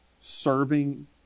serving